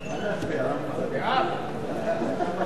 לא נתקבלה.